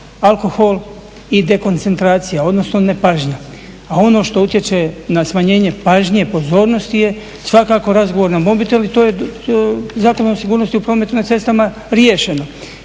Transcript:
alkohol i dekoncentracija odnosno nepažnja. A ono što utječe na smanjenje pažnje, pozornosti je svakako razgovor na mobitel i to je Zakon o sigurnosti prometa na cestama riješeno.